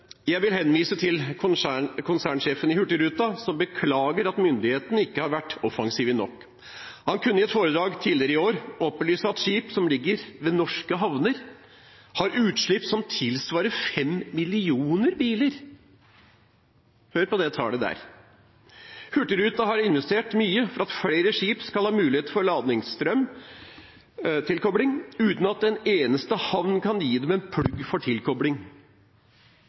Jeg vil henvise til konsernsjefen i Hurtigruten AS, som beklager at myndighetene ikke har vært offensive nok. Han kunne i et foredrag tidligere i år opplyse at skip som ligger ved norske havner, har utslipp som tilsvarer fem millioner biler – hør på det tallet: fem millioner biler. Hurtigruten har investert mye for at flere skip skal ha mulighet for landstrømstilkobling, uten at en eneste havn kan gi dem en plugg for tilkobling.